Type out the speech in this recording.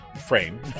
frame